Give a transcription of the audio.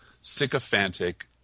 sycophantic